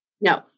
no